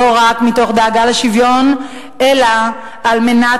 לא רק מתוך דאגה לשוויון אלא על מנת